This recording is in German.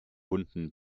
hunden